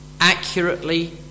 accurately